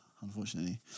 Unfortunately